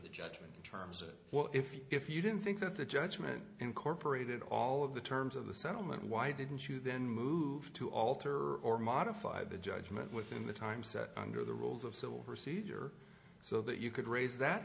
the judgment in terms of well if you if you don't think that the judgment incorporated all of the terms of the settlement why didn't you then move to alter or modify the judgment within the time set under the rules of civil procedure so that you could raise that